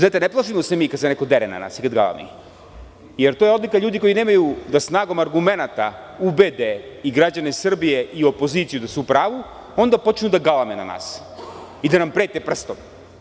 Ne plašimo se mi kada se neko dere na nas ili drami, jer to je odlika ljudi koji nemaju snagu argumenata da ubede građane Srbije i opoziciju da su u pravu, onda počnu da galame na nas i da nam prete prstom.